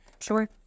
Sure